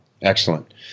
Excellent